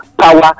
power